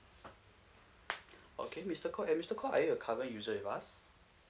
okay mister koh uh mister koh are a current user with us